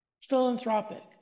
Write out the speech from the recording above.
philanthropic